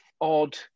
odd